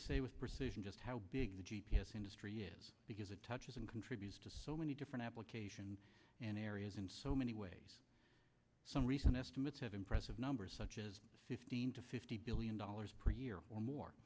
to say with precision just how big the g p s industry is because it touches and contributes to so many different applications and areas in so many ways some recent estimates have impressive numbers such as sixteen to fifty billion dollars per year or more